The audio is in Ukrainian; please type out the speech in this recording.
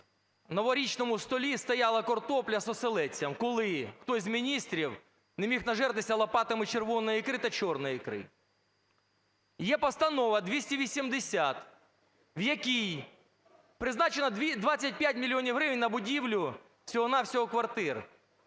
на новорічному столі стояла картопля з оселедцем, коли хтось з міністрів не міг нажертися лопатами червоної ікри та чорної ікри. Є Постанова 280, в якій призначено 25 мільйонів гривень на будівлю всього-на-всього квартир.